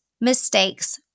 mistakes